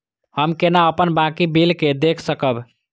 हम केना अपन बाकी बिल के देख सकब?